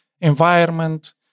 environment